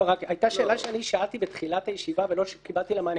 היתה שאלה שאני שאלתי בתחילת הישיבה ולא קיבלתי עליה מענה.